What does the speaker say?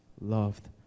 loved